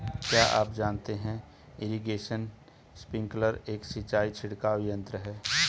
क्या आप जानते है इरीगेशन स्पिंकलर एक सिंचाई छिड़काव यंत्र है?